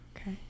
Okay